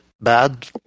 bad